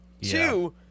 Two